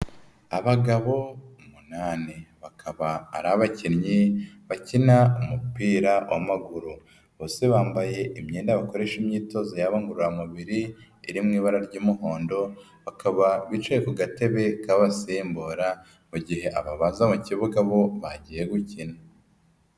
Abagabo umunani bakaba ari abakinnyi bakina umupira w'amaguru, bose bambaye imyenda bakoresha imyitozo yabo ngororamubiri iri mu ibara ry'umuhondo, bakaba bicaye ku gatebe kabasimbura ,mu gihe ababanza mu kibuga bo bagiye gukina.